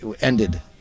ended